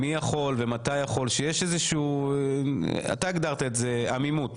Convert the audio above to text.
לא ברור מי יכול ומתי יכול ויש איזושהי - אתה הגדרת את זה עמימות